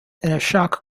ashok